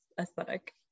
aesthetic